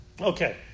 Okay